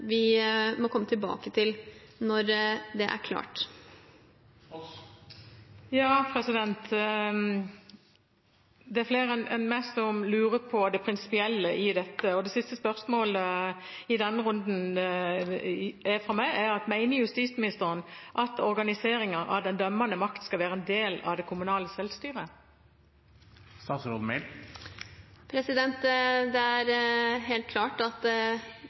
vi må komme tilbake til når det er klart. Det er flere enn meg som lurer på det prinsipielle i dette, og det siste spørsmålet fra meg i denne runden er: Mener justisministeren at organiseringen av den dømmende makt skal være en del av det kommunale selvstyret? Det er helt klart at